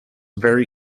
very